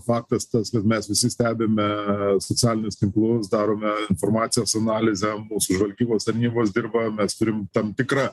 faktas tas kad mes visi stebime socialinius tinklus darome informacijos analizę mūsų žvalgybos tarnybos dirba mes turim tam tikrą